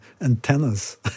antennas